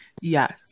Yes